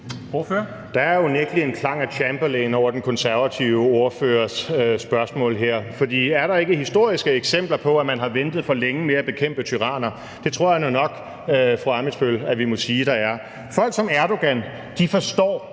Der er unægtelig en klang af Chamberlain over den konservative ordførers spørgsmål her, for er der ikke historiske eksempler på, at man har ventet for længe med at bekæmpe tyranner? Det tror jeg nu nok vi må sige der er, fru Katarina Ammitzbøll. Folk som Erdogan forstår